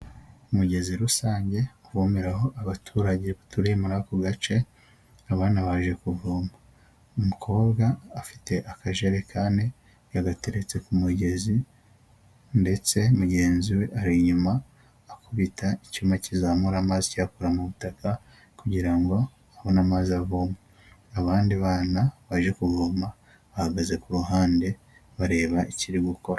Umugezi rusange uvomeraho abaturage batuye muri ako gace, abana baje kuvoma umukobwa afite akajerekani yagateretse ku mugezi, ndetse mugenzi we ar’inyuma akubita icyuma kizamura amazi kiyakura mu butaka, kugira ngo abona amazi avoma, abandi bana baje kuvoma bahagaze ku ruhande bareba ikiri gukorwa.